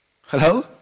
hello